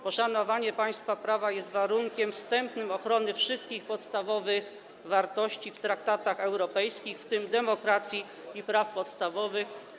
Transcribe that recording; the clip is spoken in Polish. Poszanowanie państwa prawa jest warunkiem wstępnym ochrony wszystkich podstawowych wartości z traktatów europejskich, w tym demokracji i praw podstawowych.